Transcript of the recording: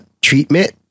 treatment